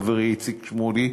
חברי איציק שמולי,